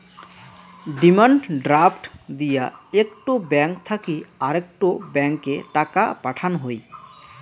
demand draft দিয়া একটো bank থাকি আরেকটো ব্যাংকে টাকা পাঠান হই